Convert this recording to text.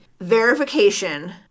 verification